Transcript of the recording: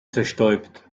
zerstäubt